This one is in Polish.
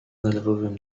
nerwowym